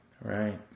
right